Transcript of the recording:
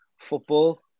Football